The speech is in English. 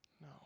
No